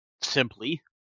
simply